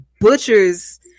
butchers